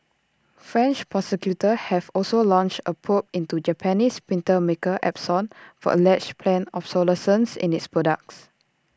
French prosecutors have also launched A probe into Japanese printer maker Epson for alleged planned obsolescence in its products